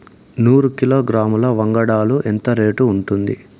నూరు కిలోగ్రాముల వంగడాలు ఎంత రేటు ఉంటుంది?